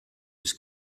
was